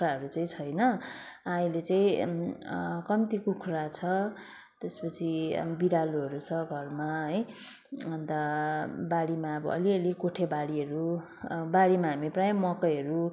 बाख्राहरू चाहिँ छैन अहिले चाहिँ कम्ती कुखुरा छ त्यसपछि बिरालोहरू छ घरमा है अन्त बारीमा अब अलिअलि कोठे बारीहरू बारीमा हामी प्राय मकैहरू